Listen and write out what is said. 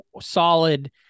solid